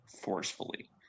forcefully